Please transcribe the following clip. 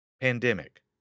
Pandemic